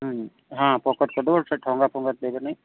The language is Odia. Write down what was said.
ହଁ ପକେଟ କରିଦେବେ ସେ ଠୁଙ୍ଗାଫୁଙ୍ଗାରେ ଦେବେ ନାଇଁ